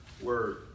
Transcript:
word